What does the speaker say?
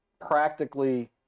practically